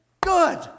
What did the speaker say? good